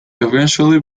eventually